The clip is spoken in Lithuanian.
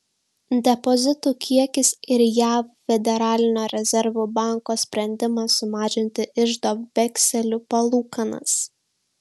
depozitų kiekis ir jav federalinio rezervų banko sprendimas sumažinti iždo vekselių palūkanas